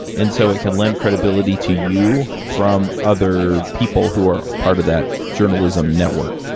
and so, it can lend credibility to you from other people who are part of that journalism network.